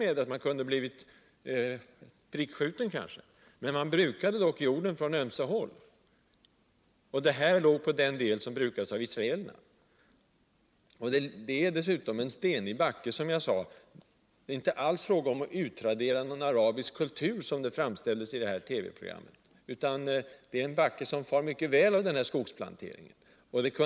Man kunde t.ex. ha blivit utsatt för prickskyttar. Man brukade dock jorden på ömse håll, och den här planteringen låg på den del som brukades av israelerna. Det är dessutom fråga om en stenig backe, och det är inte alls fråga om att utradera någon arabisk kultur, såsom det framställdes i TV-programmet. Det är i stället en backe som far väl av den här skogsplanteringen.